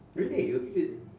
really you it